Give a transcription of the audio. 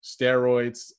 steroids